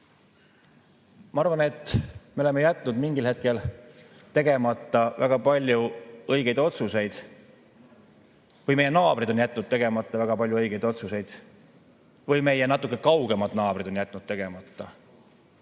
Ma arvan, et me oleme jätnud mingil hetkel tegemata väga palju õigeid otsuseid. Või meie naabrid on jätnud tegemata väga palju õigeid otsuseid. Või meie natuke kaugemad naabrid on jätnud tegemata